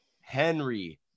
Henry